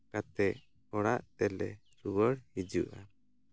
ᱠᱟᱛᱮᱫ ᱚᱲᱟᱜ ᱛᱮᱞᱮ ᱨᱩᱣᱟᱹᱲ ᱦᱤᱡᱩᱜᱼᱟ